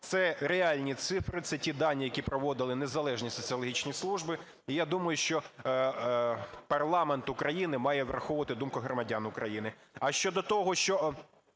Це реальні цифри, це ті дані, які проводили незалежні соціологічні служби. І я думаю, що парламент України має враховувати думку громадян України. А щодо того, чи